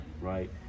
Right